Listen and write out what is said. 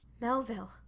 melville